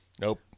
Nope